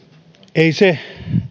ei se